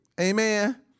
Amen